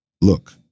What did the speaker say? Look